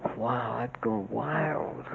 wow i'd go wild